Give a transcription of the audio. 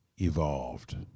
evolved